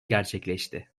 gerçekleşti